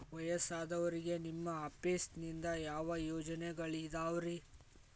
ವಯಸ್ಸಾದವರಿಗೆ ನಿಮ್ಮ ಆಫೇಸ್ ನಿಂದ ಯಾವ ಯೋಜನೆಗಳಿದಾವ್ರಿ?